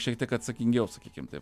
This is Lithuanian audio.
šiek tiek atsakingiau sakykim taip